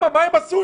מה הם עשו?